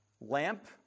Lamp